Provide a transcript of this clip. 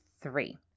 three